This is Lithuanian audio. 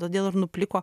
todėl ir nupliko